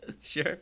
Sure